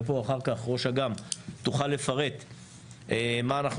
ופה אחר כך ראש אג"מ תוכל לפרט מה אנחנו